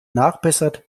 nachbessert